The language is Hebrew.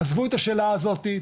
עזבו את השאלה הזאתי,